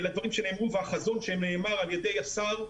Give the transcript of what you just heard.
לדברים שנאמרו והחזון שנאמר על ידי השר,